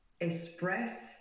express